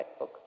Facebook